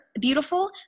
Beautiful